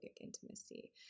intimacy